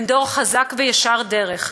הם דור חזק וישר דרך,